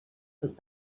tot